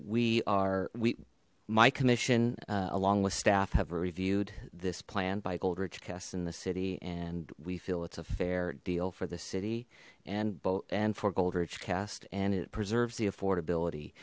we are we my commission along with staff have reviewed this plan by goldrich guests in the city and we feel it's a fair deal for the city and boat and for goldrich cast and it preserves the affordability